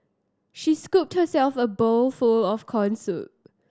she scooped herself a bowl for of corn soup